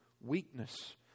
weakness